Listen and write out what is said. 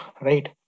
right